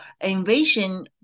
invasion